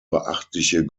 beachtliche